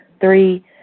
Three